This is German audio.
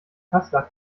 kassler